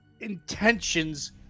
intentions